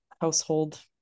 household